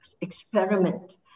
experiment